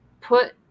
put